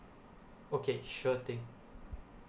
okay sure thing